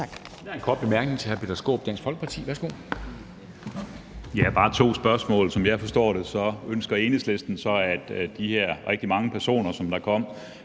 Tak.